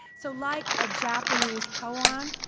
so like a japanese coan,